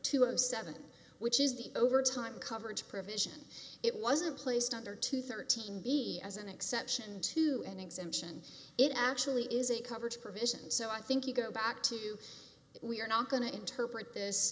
two hundred seven which is the over time coverage provision it was a placed under to thirteen be as an exception to an exemption it actually is a coverage provision so i think you go back to we are not going to interpret